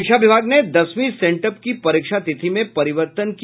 शिक्षा विभाग ने दसवीं सेंटअप की परीक्षा तिथि में परिवर्तन कर दिया है